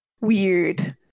Weird